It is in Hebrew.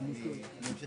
המזרח והבלקן.